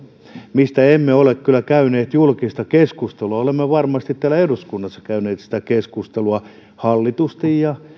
mistä emme ole kyllä käyneet julkista keskustelua olemme varmasti täällä eduskunnassa käyneet sitä keskustelua hallitusti ja